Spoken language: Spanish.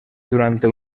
durante